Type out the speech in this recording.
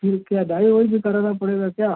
फिर क्या डाई ओई भी कराना पड़ेगा क्या